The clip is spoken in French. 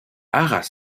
arras